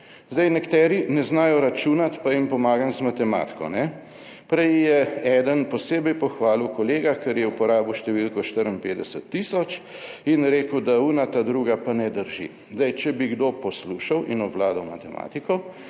Zdaj nekateri ne znajo računati pa jim pomagam z matematiko, ne. Prej je eden posebej pohvalil kolega, ker je uporabil številko 54 tisoč in rekel, da ona, ta druga pa ne drži. Zdaj, če bi kdo poslušal in obvladal matematiko,